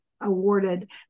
awarded